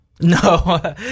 No